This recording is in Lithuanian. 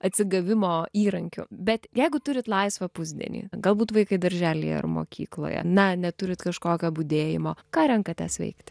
atsigavimo įrankiu bet jeigu turit laisvą pusdienį galbūt vaikai darželyje ar mokykloje na neturit kažkokio budėjimo ką renkatės veikti